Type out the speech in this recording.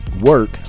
work